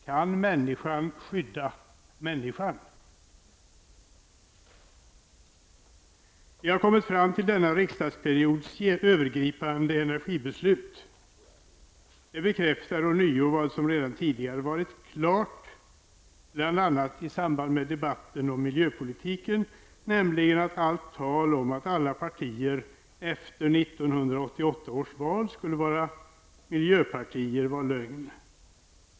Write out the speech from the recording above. Kan människan skydda människan? Vi har kommit fram till denna riksdagsperiods övergripande energibeslut. Det bekräftar ånyo vad som redan tidigare varit klart -- bl.a. i samband med debatten om miljöpolitiken -- nämligen att talet om att alla partier efter 1988 års val skulle vara miljöpartier var lögn.